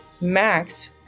Max